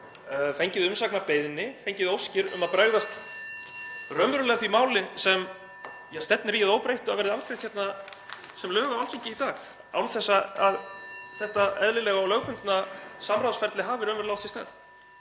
fengið umsagnarbeiðni, fengið óskir um að bregðast við raunverulega því máli sem stefnir í að óbreyttu að verði afgreitt sem lög á Alþingi í dag (Forseti hringir.) án þess að þetta eðlilega og lögbundna samráðsferli hafi raunverulega á sér stað.